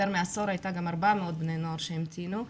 מעשור הייתה גם 400 בני נוער שהמתינו.